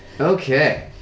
Okay